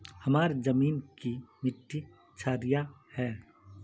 हमार जमीन की मिट्टी क्षारीय है?